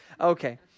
Okay